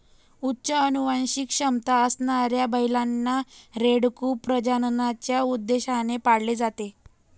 उच्च अनुवांशिक क्षमता असणाऱ्या बैलांना, रेडकू प्रजननाच्या उद्देशाने पाळले जाते